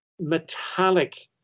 metallic